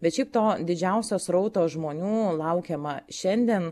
bet šiaip to didžiausio srauto žmonių laukiama šiandien